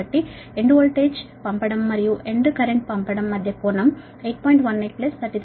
కాబట్టి పంపించే end voltage మరియు పంపించే ఎండ్ కరెంట్ మధ్య కోణం 8